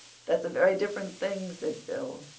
that's a very different thing, said phil,